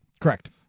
Correct